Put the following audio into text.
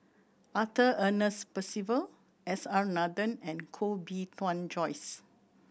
Arthur Ernest Percival S R Nathan and Koh Bee Tuan Joyce